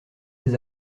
des